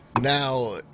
Now